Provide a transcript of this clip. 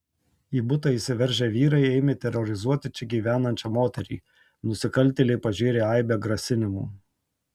į butą įsivežę vyrai ėmė terorizuoti čia gyvenančią moterį nusikaltėliai pažėrė aibę grasinimų